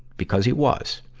because he was.